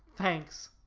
thanks.